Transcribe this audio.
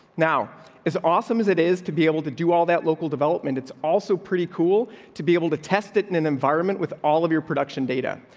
now is awesome as it is to be able to do all that local development. it's also pretty cool to be able to test it in an environment with all of your production data.